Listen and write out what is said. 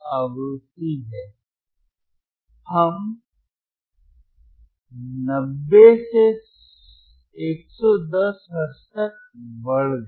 अब हम 90 और 110 हर्ट्ज तक बढ़ गए